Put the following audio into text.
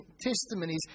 testimonies